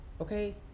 okay